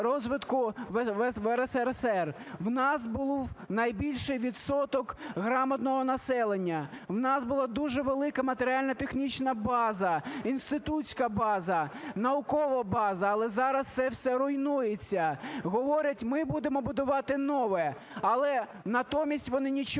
У нас був найбільший відсоток грамотного населення, у нас була дуже велика матеріально-технічна база, інститутська база, наукова база, але зараз це все руйнується. Говорять: "Ми будемо будувати нове", - але натомість вони нічого не пропонують.